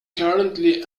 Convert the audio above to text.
currently